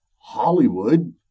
Hollywood